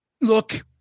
Look